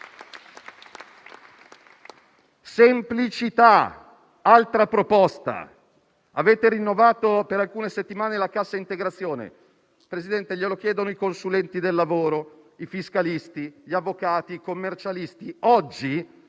Semplicità! Altra proposta: avete rinnovato per alcune settimane la cassa integrazione. Signor Presidente, glielo chiedono i consulenti del lavoro, i fiscalisti, gli avvocati e i commercialisti. Oggi,